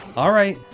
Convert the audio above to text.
alright,